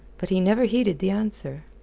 but he never heeded the answer.